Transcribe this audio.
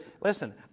Listen